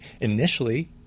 initially